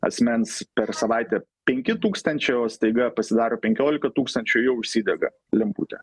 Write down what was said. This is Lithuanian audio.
asmens per savaitę penki tūkstančiai o staiga pasidaro penkiolika tūkstančių jau užsidega lemputė